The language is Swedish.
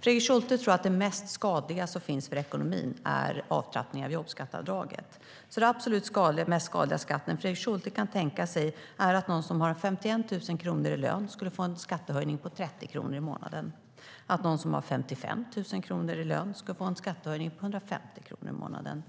Fredrik Schulte tror att det mest skadliga för ekonomin är avtrappning av jobbskatteavdraget. Det absolut mest skadliga Fredrik Schulte kan tänka sig är att någon som har 51 000 kronor i lön skulle få en skattehöjning på 30 konor i månaden och att någon som har 55 000 kronor i lön skulle få en skattehöjning på 150 kronor i månaden.